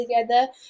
together